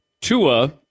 Tua